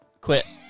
Quit